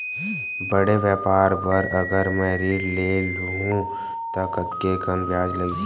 बड़े व्यापार बर अगर मैं ऋण ले हू त कतेकन ब्याज लगही?